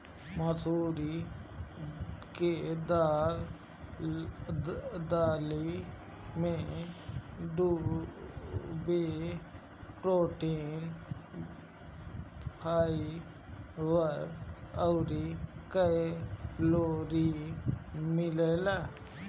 मसूरी के दाली में खुबे प्रोटीन, फाइबर अउरी कैलोरी मिलेला